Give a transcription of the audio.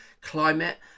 climate